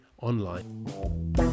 online